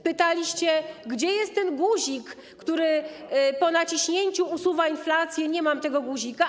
Pytaliście, gdzie jest ten guzik, który po naciśnięciu usuwa inflację, nie mam tego guzika.